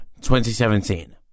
2017